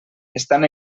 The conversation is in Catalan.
estan